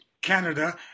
Canada